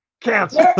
Cancel